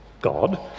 god